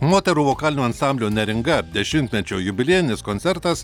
moterų vokalinio ansamblio neringa dešimtmečio jubiliejinis koncertas